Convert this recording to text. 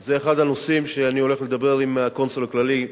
זה אחד הנושאים שאני הולך לדבר עליהם עם הקונסול הכללי.